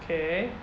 okay